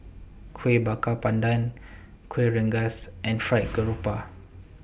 Kuih Bakar Pandan Kuih Rengas and Fried Garoupa